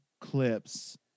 clips